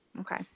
Okay